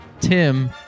Tim